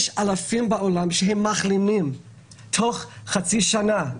יש אלפים בעולם שהם מחלימים תוך חצי שנה.